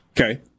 Okay